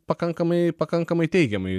pakankamai pakankamai teigiamai